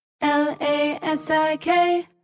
L-A-S-I-K